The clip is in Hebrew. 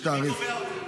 מי קובע אותו?